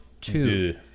two